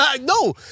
No